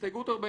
הסתייגות 45: